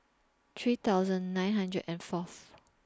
three thousand nine hundred and Fourth